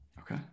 Okay